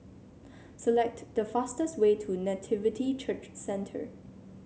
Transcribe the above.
select the fastest way to Nativity Church Centre